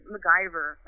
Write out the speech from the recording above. MacGyver